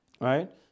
right